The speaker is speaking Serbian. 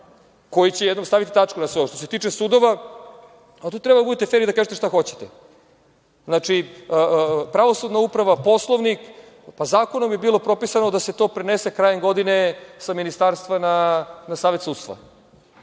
koji će jednom staviti tačku na sve ovo. Što se tiče sudova, tu treba da budete fer i da kažete šta hoćete. Znači, pravosudna uprava, poslovnik. Zakonom je bilo propisano da se to prenese krajem godine sa Ministarstva na Savet sudstva.